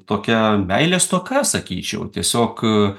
tokia meilės stoka sakyčiau tiesiog